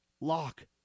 lock